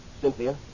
Cynthia